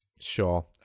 Sure